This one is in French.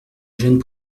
jeune